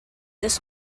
this